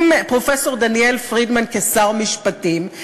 עם פרופסור דניאל פרידמן כשר משפטים.